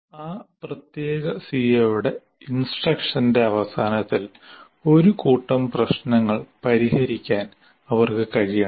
ആ പ്രത്യേക സിഒയുടെ ഇൻസ്ട്രക്ഷന്റെ അവസാനത്തിൽ ഒരു കൂട്ടം പ്രശ്നങ്ങൾ പരിഹരിക്കാൻ അവർക്ക് കഴിയണം